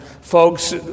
folks